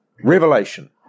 Revelation